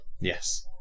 Yes